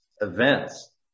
events